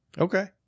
Okay